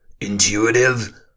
intuitive